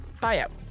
buyout